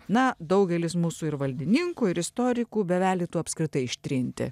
na daugelis mūsų ir valdininkų ir istorikų bevelytų apskritai ištrinti